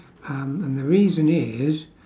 um and the reason is